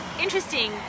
interesting